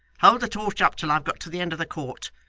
hold the torch up till i've got to the end of the court,